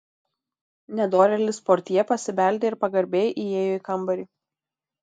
nedorėlis portjė pasibeldė ir pagarbiai įėjo į kambarį